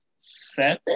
seven